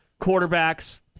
quarterbacks